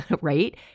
right